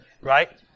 Right